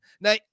Now